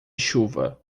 chuva